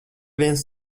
viens